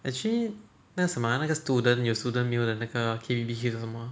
actually 那个什么 ah 那个 student 有 student meal 的那个 K B_B_Q 是什么 ah